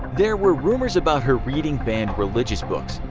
there were rumors about her reading banned religious books.